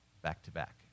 back-to-back